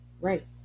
Right